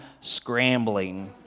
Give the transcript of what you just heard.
scrambling